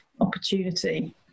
opportunity